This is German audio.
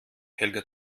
helga